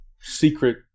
secret